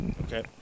Okay